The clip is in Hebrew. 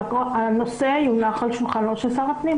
שהנושא יונח על שולחנו של השר.